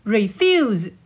Refuse